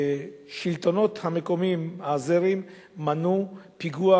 השלטונות המקומיים, האזריים, מנעו פיגוע